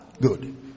Good